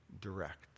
direct